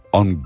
on